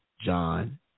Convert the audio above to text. John